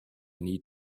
need